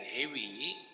heavy